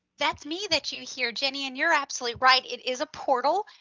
that's me that you hear, jenny, and you're absolutely right. it is a portal,